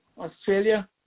Australia